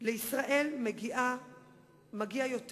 לישראל מגיע יותר.